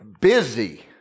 busy